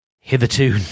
hitherto